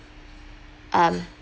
um